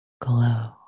glow